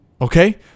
okay